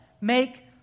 make